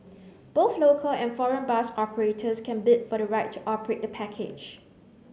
both local and foreign bus operators can bid for the right to operate the package